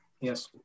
Yes